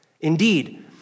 Indeed